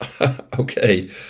Okay